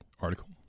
article